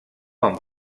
amb